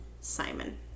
Simon